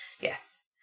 Yes